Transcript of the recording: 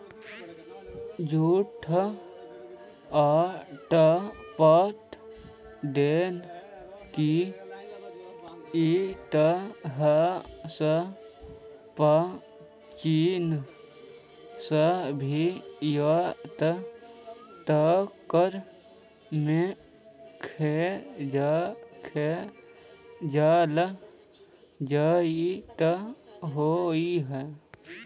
jute उत्पादन के इतिहास प्राचीन सभ्यता तक में खोजल जाइत हई